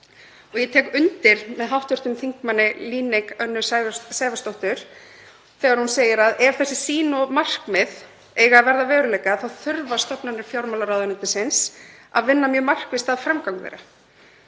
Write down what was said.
Ég tek undir með hv. þm. Líneik Önnu Sævarsdóttur þegar hún segir að ef þessi sýn og markmið eigi að verða að veruleika þurfi stofnanir fjármálaráðuneytisins að vinna mjög markvisst að framgöngu þeirra.